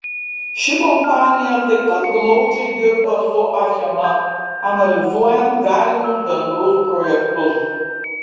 ši kompanija taip pat glaudžiai dirba su achema analizuojant galimus bendrus projektus